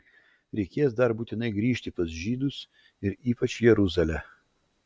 reikės dar būtinai grįžti pas žydus ir ypač jeruzalę